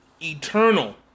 eternal